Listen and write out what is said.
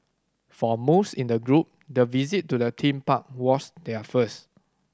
for most in the group the visit to the theme park was their first